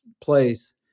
place